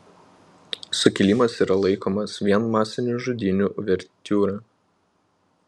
sukilimas yra laikomas vien masinių žudynių uvertiūra